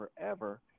forever